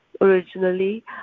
originally